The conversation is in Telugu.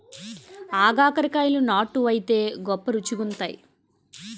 ఆగాకరకాయలు నాటు వైతే గొప్ప రుచిగుంతాయి